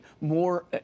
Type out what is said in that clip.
more